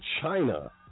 China